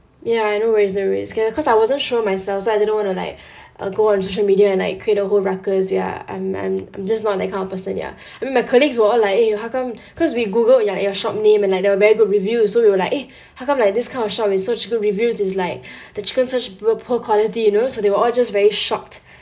ya I know where is the risk okay cause I wasn't sure myself so I didn't want to like uh go on social media and like create a whole ruckus ya I'm I'm I'm just not that kind of person ya I mean my colleagues were all like eh how come cause we googled ya your shop name and like there were very good review so we were like eh how come like this kind of shop with such good reviews is like the chicken such poor poor quality you know so they were all just very shocked